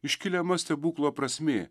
iškiliama stebuklo prasmė